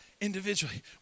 Individually